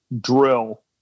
drill